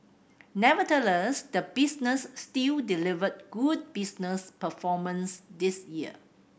nevertheless the business still delivered good business performance this year